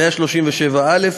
137(א)